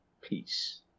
peace